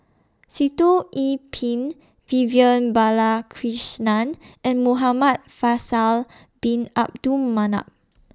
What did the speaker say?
Sitoh Yih Pin Vivian Balakrishnan and Muhamad Faisal Bin Abdul Manap